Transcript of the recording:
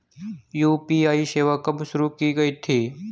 UPI सेवा कब शुरू की गई थी?